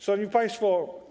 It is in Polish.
Szanowni Państwo!